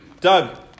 Doug